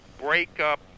breakup